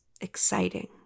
exciting